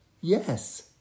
Yes